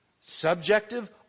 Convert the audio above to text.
Subjective